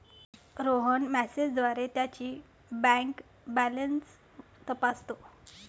रोहन मेसेजद्वारे त्याची bank balance तपासतो